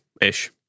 ish